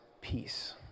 peace